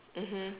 mmhmm